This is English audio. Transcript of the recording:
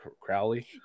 Crowley